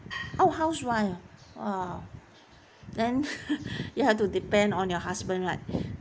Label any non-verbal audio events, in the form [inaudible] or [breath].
[noise] oh housewife !wah! then [laughs] you have to depend on your husband right [breath]